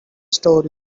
story